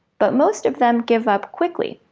but most of them give up quickly,